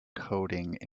coding